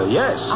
yes